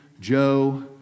Joe